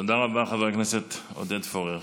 תודה רבה, חבר הכנסת עודד פורר.